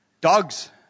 Dogs